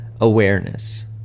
awareness